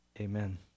Amen